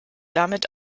damit